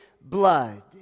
blood